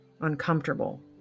uncomfortable